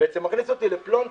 וזה מכניס אותי לפלונטר